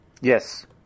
Yes